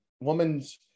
woman's